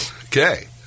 Okay